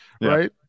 right